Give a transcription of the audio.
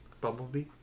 Bumblebee